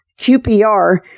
QPR